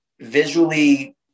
visually